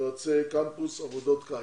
יועצי קמפוס, עבודות קיץ.